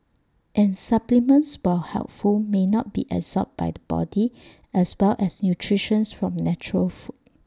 and supplements while helpful may not be absorbed by the body as well as nutrition from natural food